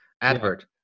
advert